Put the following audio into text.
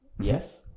Yes